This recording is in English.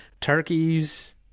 Turkeys